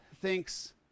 thinks